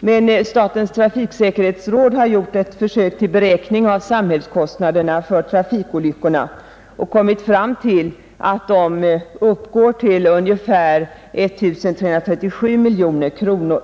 men statens trafiksäkerhetsråd har gjort ett försök till beräkning av samhällskostnaderna för trafikolyckorna och kommit fram till att dessa uppgår till ungefär 1 337 miljoner kronor.